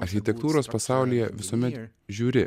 architektūros pasaulyje visuomet žiūri